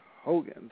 Hogan